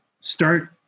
start